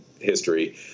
history